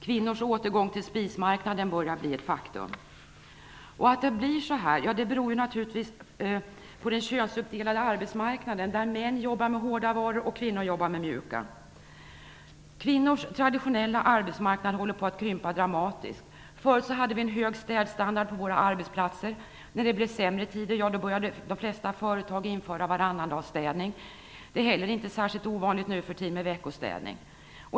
Kvinnors återgång till spismarknaden börjar bli ett faktum. Att det blir så här beror naturligtvis på den könsuppdelade arbetsmarknaden, där män jobbar med hårda varor och kvinnor jobbar med mjuka. Kvinnors traditionella arbetsmarknad håller på att krympa dramatiskt. Förut hade vi en hög städstandard på våra arbetsplatser. När det blev sämre tider började de flesta företag införa varannandagsstädning. Det är heller inte särskilt ovanligt nu för tiden med veckostädning.